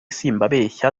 simbabeshya